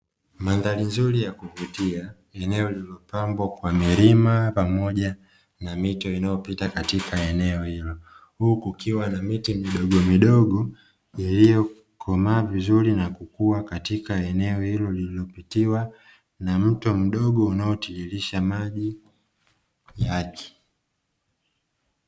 Mandharri nzurii ya kuvutia neo lililopambwa kwa milima pamoja na mito inayopita katika eneo hilo, huku kukiwa na miche midogomidogo iliyokomaa vizuri na kukua katika eneo hilo lililopitiwa na mto mdogo unaotiririsha maji yake.